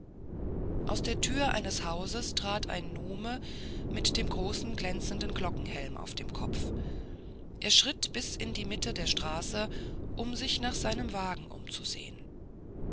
aus der tür eines hauses trat ein nume mit dem großen glänzenden glockenhelm über dem kopf er schritt bis in die mitte der straße um sich nach seinem wagen umzusehen